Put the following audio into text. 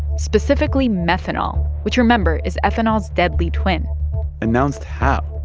specifically methanol which, remember, is ethanol's deadly twin announced how?